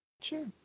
Sure